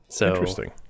Interesting